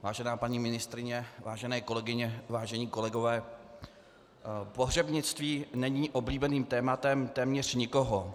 Vážená paní ministryně, vážené kolegyně, vážení kolegové, pohřebnictví není oblíbeným tématem téměř nikoho.